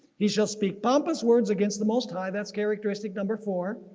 he shall speak pompous words against the most high. that's characteristic number four.